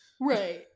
Right